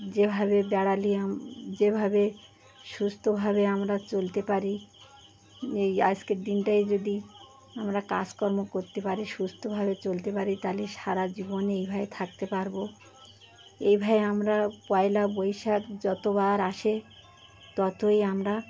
যেভাবে বেড়ালে যেভাবে সুস্থভাবে আমরা চলতে পারি এই আজকের দিনটায় যদি আমরা কাজকর্ম করতে পারি সুস্থভাবে চলতে পারি তাহলে সারা জীবন এইভাবে থাকতে পারব এইভাবে আমরা পয়লা বৈশাখ যতবার আসে ততই আমরা